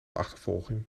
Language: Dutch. achtervolging